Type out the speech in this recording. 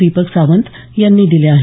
दीपक सावंत यांनी दिल्या आहेत